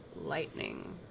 Lightning